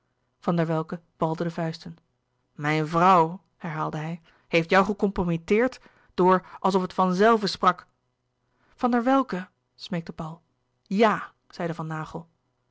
van der welcke balde de vuisten mijn vrouw herhaalde hij heeft jou gecomprometteerd door alsof het van zelve sprak van der welcke smeekte paul ja zeide van naghel